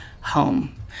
home